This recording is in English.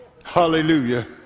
Hallelujah